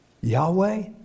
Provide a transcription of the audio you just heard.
Yahweh